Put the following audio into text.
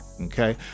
Okay